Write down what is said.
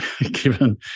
given